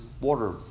water